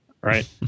Right